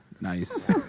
Nice